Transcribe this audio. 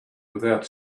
without